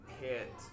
hit